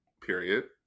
period